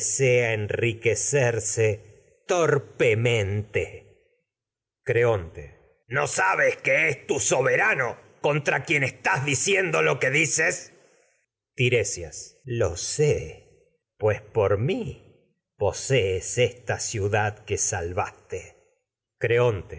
enriquecerse torpemente antígona creonte estás no sabes lo que que es tu soberano contra quien diciendo dices pues por tiresias lo sé mí posees esta ciudad que salvaste